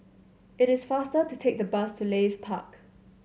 it is faster to take the bus to Leith Park